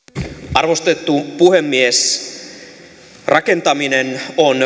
arvostettu puhemies rakentaminen on